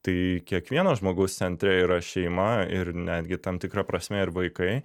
tai kiekvieno žmogaus centre yra šeima ir netgi tam tikra prasme ir vaikai